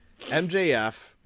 MJF